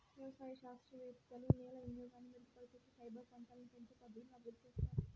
వ్యవసాయ శాస్త్రవేత్తలు నేల వినియోగాన్ని మెరుగుపరిచేకి, ఫైబర్ పంటలని పెంచే పద్ధతులను అభివృద్ధి చేత్తారు